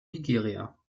nigeria